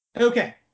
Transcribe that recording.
Okay